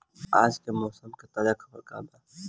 आज के मौसम के ताजा खबर का बा?